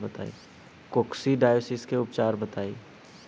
Coccidiosis के उपचार बताई?